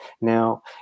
now